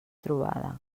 trobada